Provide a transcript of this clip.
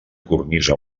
cornisa